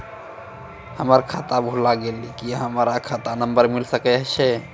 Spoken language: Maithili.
हमर खाता भुला गेलै, की हमर खाता नंबर मिले सकय छै?